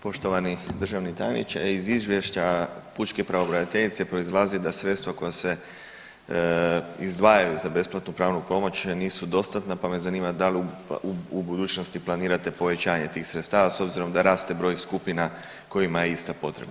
Poštovani državni tajniče iz izvješća pučke pravobraniteljice proizlazi da sredstva koja se izdvajaju za besplatnu pravnu pomoć nisu dostatna pa me zanima da li u budućnosti planirate povećanje tih sredstava s obzirom da raste broj skupina kojima je ista potrebna.